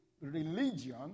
religion